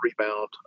rebound